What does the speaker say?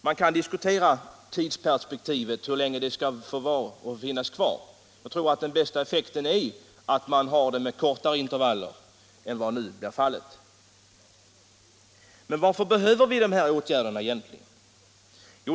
Man kan diskutera hur länge sådana stimulansåtgärder bör få finnas kvar. Jag tror att man uppnår den bästa effekten om intervallerna är kortare än vad som nu blir fallet. 85 Förlängd tid för Men varför behöver vi egentligen dessa åtgärder?